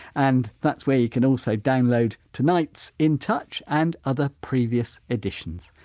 and that's where you can also download tonight's in touch and other previous editions.